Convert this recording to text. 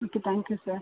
okay thank you sir